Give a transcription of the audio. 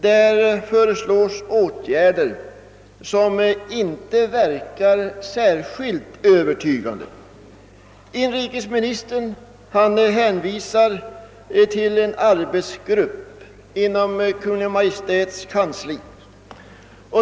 Där föreslås åtgärder som inte verkar särskilt övertygande. Inrikesministern hänvisar till en arbetsgrupp inom Kungl. Maj:ts kansli.